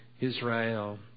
Israel